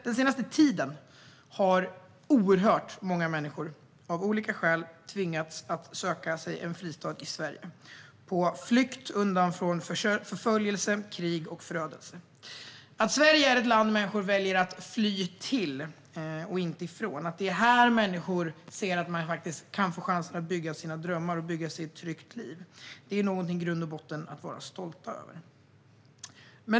Den senaste tiden har oerhört många människor av olika skäl tvingats att söka sig en fristad i Sverige på flykt undan förföljelse, krig och förödelse. Att Sverige är ett land som människor väljer att fly till och inte från, att det är här människor ser att de kan få möjlighet att förverkliga sina drömmar och bygga ett tryggt liv, är någonting som vi i grund och botten ska vara stolta över.